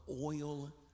Oil